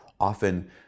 often